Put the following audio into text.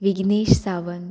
Vignesh Sawant